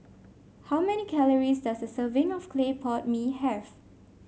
how many calories does a serving of Clay Pot Mee have